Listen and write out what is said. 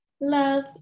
love